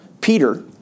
Peter